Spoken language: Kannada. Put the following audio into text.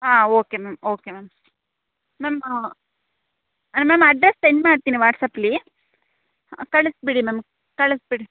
ಹಾಂ okay ma'am okay ma'am ma'am ಅಲ್ಲ ಮ್ಯಾಮ್ ಅಡ್ರೆಸ್ ಸೆಂಡ್ ಮಾಡ್ತೀನಿ ವಾಟ್ಸ್ಆ್ಯಪ್ಲ್ಲಿ ಕಳಿಸ್ ಬಿಡಿ ಮ್ಯಾಮ್ ಕಳಿಸ್ ಬಿಡ್